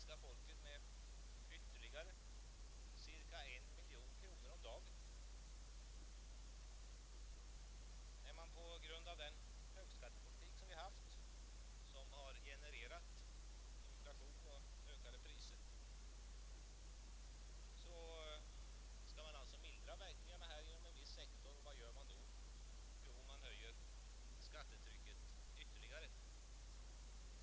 Jag vill betyga att i det fallet vill vi från moderata samlingspartiet verkligen tillönska den sittande regeringen all möjlig framgång. Därutöver har Sveriges jordbruk i dag ett annat problem, vid sidan av detta med exportmarknaden, nämligen bristen på långfristigt kapital. Bristen på långfristigt kapital är inget speciellt jordbruksproblem. Det är ett problem som nära nog alla näringsgrenar brottas med, men jag vågar påståendet att just det förhållandet att jordbruket är en mycket kapitalkrävande näring gör problemet så mycket allvarligare.